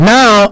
Now